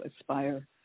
aspire